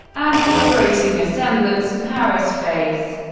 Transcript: ah incorporating a semblance of harris's face.